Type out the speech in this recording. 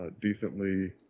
decently